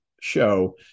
show